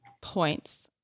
points